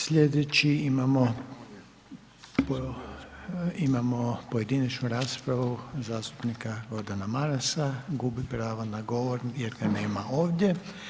Sljedeći imamo, imao pojedinačnu raspravu zastupnika Gordana Marasa, gubi pravo na govor jer ga nema ovdje.